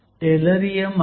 tellurium आहे